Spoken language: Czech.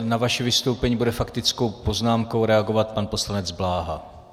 Na vaše vystoupení bude faktickou poznámkou reagovat pan poslanec Bláha.